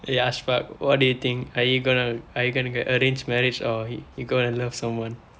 eh ashfaq what do you think are you gonna are you gonna get arranged marriage or you gonna love someone